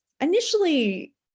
initially